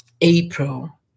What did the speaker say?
April